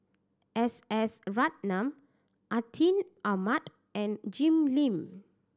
S S Ratnam Atin Amat and Jim Lim